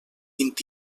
vint